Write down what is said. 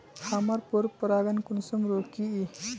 हमार पोरपरागण कुंसम रोकीई?